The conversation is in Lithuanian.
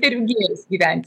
per gėris gyventi